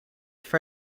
for